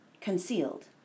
concealed